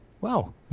Wow